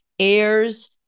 heirs